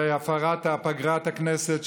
מהפרת פגרת הכנסת,